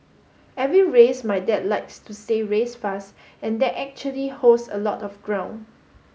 every race my dad likes to say race fast and that actually holds a lot of ground